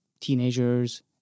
teenagers